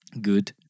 Good